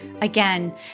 Again